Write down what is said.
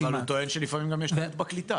אבל הוא טוען לפעמים גם יש טעות בקליטה.